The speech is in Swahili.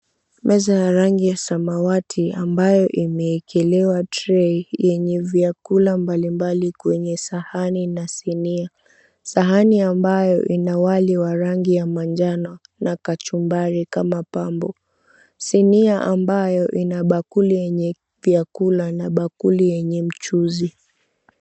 Meza ya rangi ya samawati ambayo imeekelewa trei yenye vyakula mbalimbali kwenye sahani na sinia, sahani ambayo ina wali wa rangi ya manjano na kachumbari kama pambo. Sinia ambayo ina bakuli yenye vyakula na bakuli yenye mchuzi.